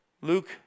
Luke